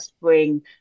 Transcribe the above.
bring